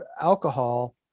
alcohol